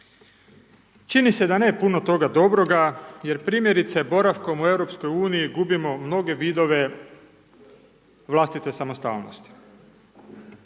Čini se da ne puno toga dobroga, jer primjerice boravkom u Europskoj uniji gubimo mnoge vidove vlastite samostalnosti.